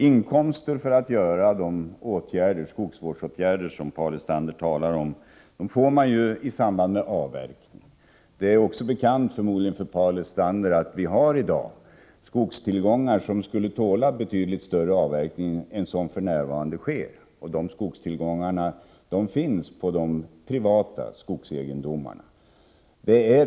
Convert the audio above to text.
Inkomster för att vidta de skogsåtgärder som Paul Lestander talar om får man ju i samband med avverkning. Förmodligen är det också bekant för Paul Lestander att vi i dag har skogstillgångar som skulle tåla betydligt större avverkning än den som för närvarande sker. Dessa skogstillgångar finns på de privata skogsegendomarna.